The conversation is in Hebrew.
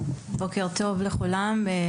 בוקר טוב לכולם.